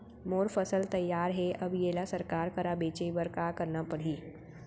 मोर फसल तैयार हे अब येला सरकार करा बेचे बर का करना पड़ही?